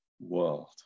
world